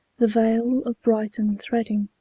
the vale of brighton threading,